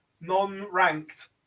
non-ranked